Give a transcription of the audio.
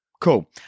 Cool